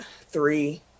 three